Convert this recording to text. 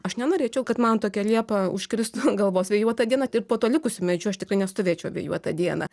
aš nenorėčiau kad man tokia liepa užkristų ant galvos vėjuotą dieną ir po tuo likusiu medžiu aš tikrai nestovėčiau vėjuotą dieną